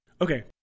Okay